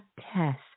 test